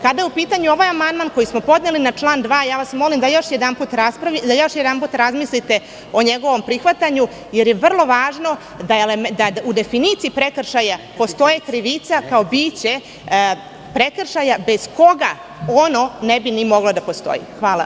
Kada je u pitanju ovaj amandman koji smo podneli na član 2, molim vas da još jednom razmislite o njegovom prihvatanju, jer je vrlo važno da u definiciji prekršaja postoji krivica, kao biće prekršaja bez koga ono ne bi ni moglo da postoji.